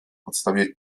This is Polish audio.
podstawie